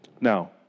Now